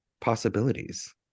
possibilities